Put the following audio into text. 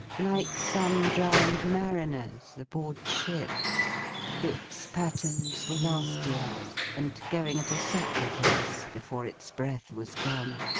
like some drowned mariner's aboardship. its patterns were last year's, and going at a sacrifice, before its breath was gone.